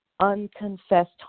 unconfessed